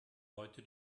heute